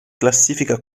classifica